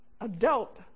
adult